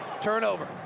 Turnover